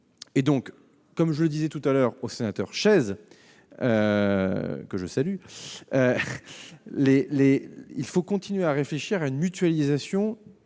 autrement. Comme je le disais tout à l'heure au sénateur Chaize, il faut continuer à réfléchir à une mutualisation